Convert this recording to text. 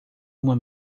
uma